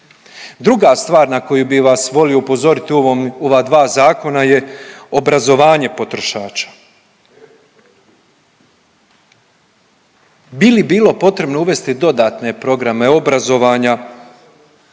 Druga stvar na koju bi vas volio upozoriti u ovom, u ova dva zakona je obrazovanje potrošača. Bi li bilo potrebno uvesti dodatne programe obrazovanja